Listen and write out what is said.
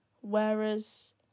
Whereas